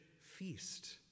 feast